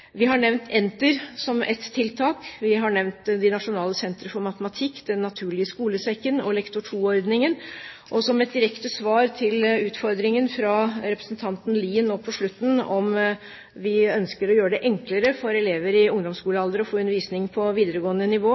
tiltak. Vi har nevnt de nasjonale sentre for matematikk, Den naturlige skolesekken og Lektor 2-ordningen. Og som et direkte svar på utfordringen fra representanten Lien nå på slutten, om vi ønsker å gjøre det enklere for elever i ungdomsskolealder å få undervisning på videregående nivå,